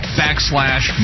backslash